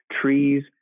trees